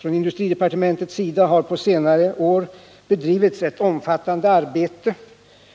Från industridepartementets sida har på senare år bedrivits ett omfattande arbete